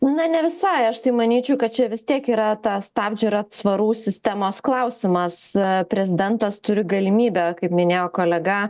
na ne visai aš tai manyčiau kad čia vis tiek yra ta stabdžių ir atsvarų sistemos klausimas prezidentas turi galimybę kaip minėjo kolega